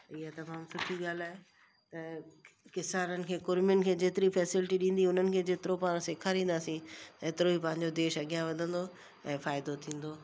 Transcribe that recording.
इहा तमामु सुठी ॻाल्हि आहे त किसाननि खे कुरिमियुनि खे जेतिरी फ़ैसिलिटी ॾींदी उन्हनि खे जेतिरो पाणि सेखारींदासीं एतिरो ई पंहिंजो देश अॻियां वधंदो ऐं फ़ाइदो थींदो